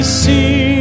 see